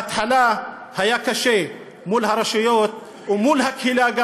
בהתחלה היה קשה מול הרשויות ומול הקהילה,